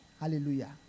Hallelujah